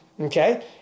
okay